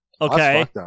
Okay